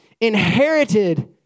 inherited